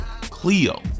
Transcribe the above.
Cleo